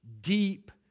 deep